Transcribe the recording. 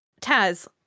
taz